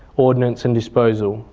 ordnance and disposal.